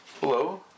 Hello